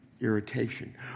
irritation